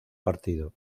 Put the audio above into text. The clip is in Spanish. partido